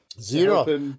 Zero